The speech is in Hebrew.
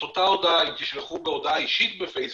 את אותה הודעה, אם תשלחו כהודעה אישית בפיייסבוק,